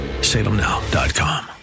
Salemnow.com